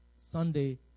Sunday